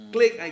Click